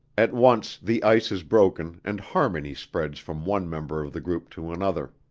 at once the ice is broken and harmony spreads from one member of the group to another.